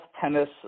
tennis